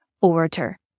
orator